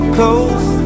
coast